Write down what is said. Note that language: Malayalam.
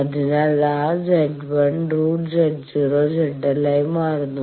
അതിനാൽ ആ Z1 √Z0 ZL ആയി മാറുന്നു